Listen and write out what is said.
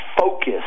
focus